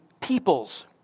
peoples